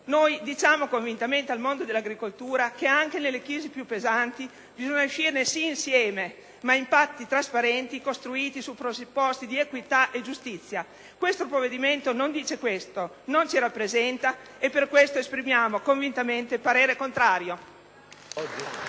Noi diciamo convintamente al mondo dell'agricoltura che anche dalle crisi più pesanti bisogna uscirne, sì, insieme, ma con patti trasparenti, costruiti su presupposti di equità e giustizia. Questo provvedimento non dice questo. Non ci rappresenta e per tale motivo esprimiamo convintamente voto contrario.